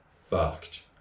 fucked